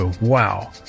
Wow